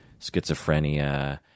schizophrenia